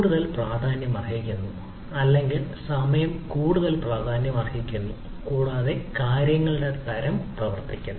കൂടുതൽ പ്രാധാന്യമർഹിക്കുന്നു അല്ലെങ്കിൽ സമയം കൂടുതൽ പ്രാധാന്യമർഹിക്കുന്നു കൂടാതെ കാര്യങ്ങളുടെ തരം പ്രവർത്തിക്കുന്നു